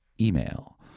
email